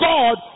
God